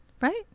right